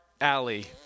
alley